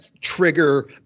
trigger